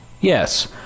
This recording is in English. Yes